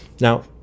Now